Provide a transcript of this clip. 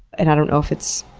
and i don't know if it's